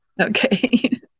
Okay